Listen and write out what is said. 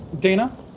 Dana